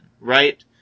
right